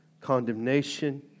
condemnation